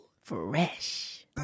Fresh